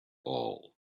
all